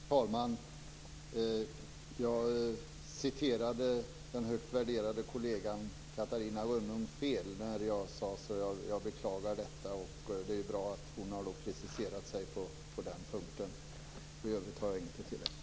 Herr talman! Jag citerade den högt värderade kollegan Catarina Rönnung fel. Jag beklagar detta. Det är bra att hon har preciserat sig på den berörda punkten. I övrigt har jag inget att tillägga.